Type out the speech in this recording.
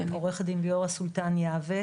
עורכת דין ליאורה סולטן יעבץ,